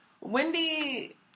Wendy